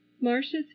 marcia's